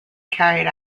carried